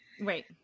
Right